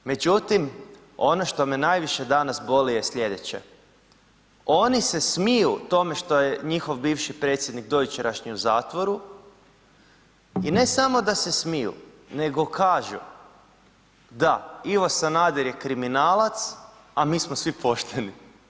Međutim, ono što me najviše danas boli je sljedeće, oni se smiju tome što je njihov bivši predsjednik dojučerašnji u zatvoru i ne samo da se smiju, nego kažu da Ivo Sanader je kriminalac, a mi smo svi pošteni.